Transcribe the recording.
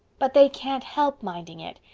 but they can't help minding it.